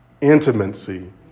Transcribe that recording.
intimacy